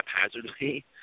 haphazardly